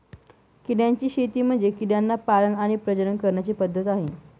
किड्यांची शेती म्हणजे किड्यांना पाळण आणि प्रजनन करण्याची पद्धत आहे